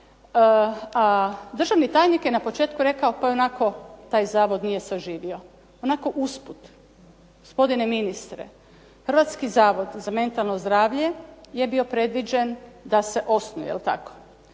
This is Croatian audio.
a državni tajnik je na početku rekao, pa ionako taj zavod nije zaživio. Onako usput. Gospodine ministre, Hrvatski zavod za mentalno zdravlje je bio predviđen da se osnuje je li tako?